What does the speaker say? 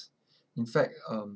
in fact um